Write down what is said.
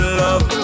love